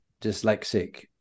dyslexic